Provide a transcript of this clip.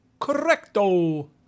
Correcto